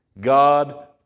God